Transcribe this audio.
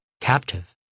captive